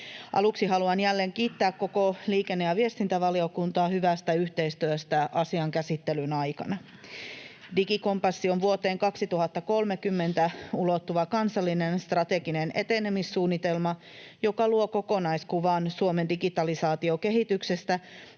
Aluksi haluan jälleen kiittää koko liikenne- ja viestintävaliokuntaa hyvästä yhteistyöstä asian käsittelyn aikana. Digikompassi on vuoteen 2030 ulottuva kansallinen strateginen etenemissuunnitelma, joka luo kokonaiskuvan Suomen digitalisaatiokehityksestä